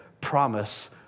promise